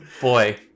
Boy